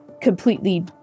completely